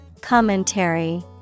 Commentary